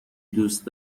دوست